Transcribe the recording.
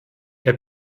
herr